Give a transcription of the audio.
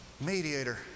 mediator